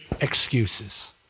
Excuses